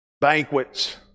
banquets